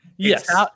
Yes